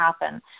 happen